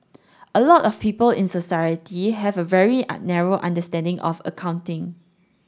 a lot of people in society have a very a narrow understanding of accounting